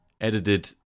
edited